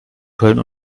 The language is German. köln